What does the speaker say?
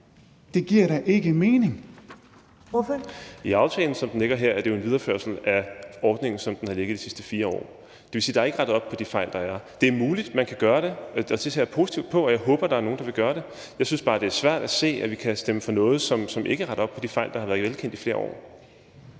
Stinus Lindgreen (RV): I aftalen, som den ligger her, er det jo en videreførelse af ordningen, som den har ligget de sidste 4 år; det vil sige, at der ikke er rettet op på de fejl, der er. Det er muligt, man kan gøre det, og det ser jeg positivt på – og jeg håber, at der er nogle, der vil gøre det – men jeg synes bare, det er svært at se, at vi kan stemme for noget, som ikke retter op på de fejl, der har været velkendte i flere år.